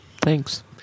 Thanks